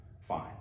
fine